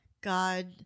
God